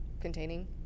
containing